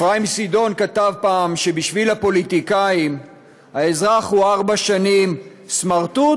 אפרים סידון כתב פעם שבשביל הפוליטיקאים האזרח הוא ארבע שנים סמרטוט